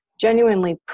genuinely